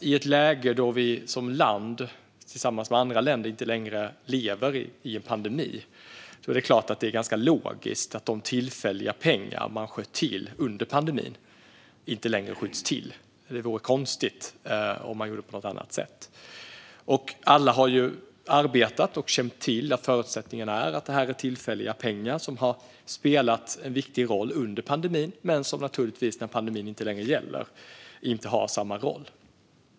I ett läge där vi som land tillsammans med andra länder inte längre lever i en pandemi är det ganska logiskt att de tillfälliga pengar man sköt till under pandemin inte längre skjuts till. Det vore konstigt om man gjorde på något annat sätt. Alla har arbetat och känt till att förutsättningarna är att det är tillfälliga pengar som har spelat en viktig roll under pandemin. Men när pandemin inte längre finns har de inte längre har samma roll.